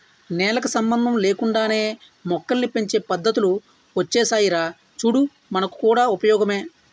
నేలకు సంబంధం లేకుండానే మొక్కల్ని పెంచే పద్దతులు ఒచ్చేసాయిరా చూడు మనకు కూడా ఉపయోగమే